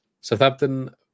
Southampton